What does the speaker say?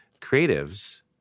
creatives